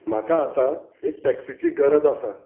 म्हाका आतां एक टॅक्सिची गरज आसा